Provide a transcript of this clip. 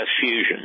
Fusion